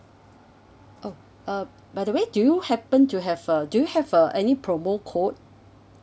oh um by the way do you happen to have a do you have a any promo code